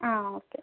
ആ ആ ഓക്കെ